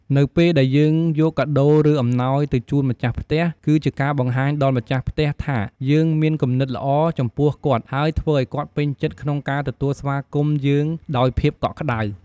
នៅពេលដែលយើងយកកាដូរឬអំណោយទៅជូនម្ចាស់ផ្ទះ គឺជាការបង្ហាញដល់ម្ចាស់ផ្ទះថាយើងមានគំនិតល្អចំពោះគាត់ហើយធ្វើឲ្យគាត់ពេញចិត្តក្នុងការទទួលស្វាគមន៏យើងដោយភាពកក់ក្តៅ។